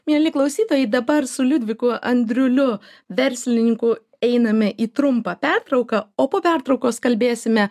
mieli klausytojai dabar su liudviku andriuliu verslininku einame į trumpą pertrauką o po pertraukos kalbėsime